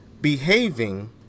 behaving